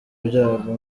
byago